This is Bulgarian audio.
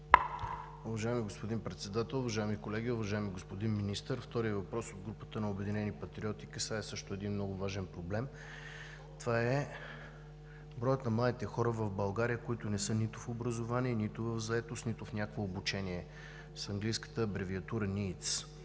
Уважаеми господин Председател, уважаеми колеги! Уважаеми господин Министър, вторият въпрос от групата на „Обединени патриоти“ касае също един много важен проблем. Това е броят на младите хора в България, които не са нито в образование, нито в заетост, нито в някакво обучение, с английската абревиатура NEETs,